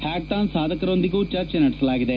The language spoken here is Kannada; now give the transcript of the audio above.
ಹ್ಲಾಕಥಾನ್ ಸಾಧಕರೊಂದಿಗೂ ಚರ್ಚೆ ನಡೆಸಲಾಗಿದೆ